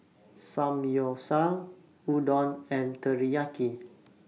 Samgyeopsal Udon and Teriyaki